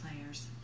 players